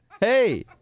Hey